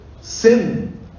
sin